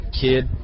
kid